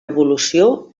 evolució